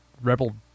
Rebel